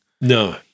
No